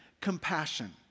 compassion